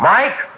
Mike